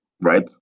right